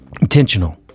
intentional